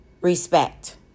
respect